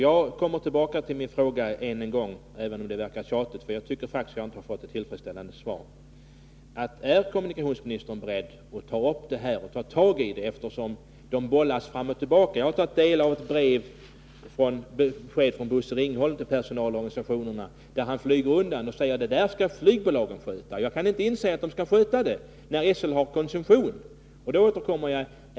Jag kommer tillbaka till min fråga än en gång — även om det verkar tjatigt — för jag tycker faktiskt att jag inte har fått något tillfredsställande svar: Är kommunikationsministern beredd att ta upp denna fråga och ta tag i den, eftersom den bollas fram och tillbaka? Jag har tagit del av ett brev från chefen, Bosse Ringholm, till personalorganisationerna, i vilket han flyr undan och säger att det där skall flygbolagen sköta. Jag kan inte inse att de skall sköta detta, när SL har koncession.